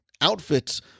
outfits